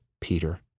Peter